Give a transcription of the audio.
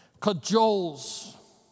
cajoles